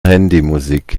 handymusik